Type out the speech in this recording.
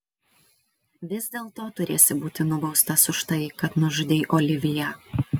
vis dėlto turėsi būti nubaustas už tai kad nužudei oliviją